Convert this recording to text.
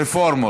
רפורמות.